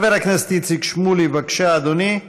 חבר הכנסת איציק שמולי, בבקשה, אדוני,